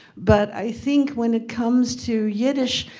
but i think when it comes to yiddish,